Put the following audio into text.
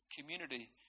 community